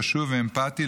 קשוב ואמפתי,